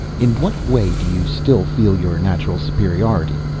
in what way do you still feel your natural superiority?